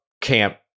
camp